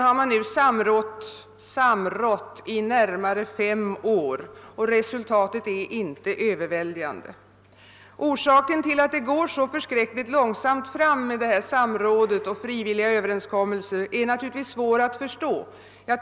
Man har nu samrått inom denna kommitté under närmare fem år. Resultatet är inte överväldigande. Anledningen till att samrådet och de frivilliga överenskommelserna framskrider så oerhört långsamt är svårförståelig.